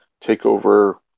TakeOver